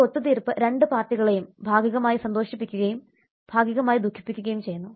ഒരു ഒത്തുതീർപ്പ് രണ്ട് പാർട്ടികളെയും ഭാഗികമായി സന്തോഷിപ്പിക്കുകയും ഭാഗികമായി ദുഃഖിപ്പിക്കുകയും ചെയ്യുന്നു